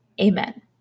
amen